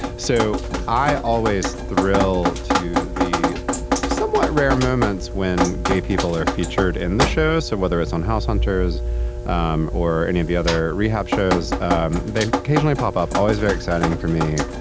so i always thrill to the somewhat rare moments when gay people are featured in the show. so whether it's on house hunters um or any of the other rehab shows, um they occasionally pop up. always very exciting for me.